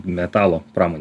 metalo pramon